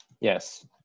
Yes